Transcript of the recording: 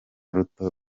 ruto